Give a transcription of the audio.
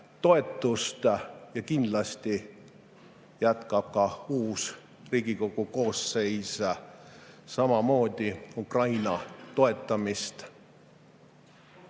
toetust. Ja kindlasti jätkab ka uus Riigikogu koosseis samamoodi Ukraina toetamist.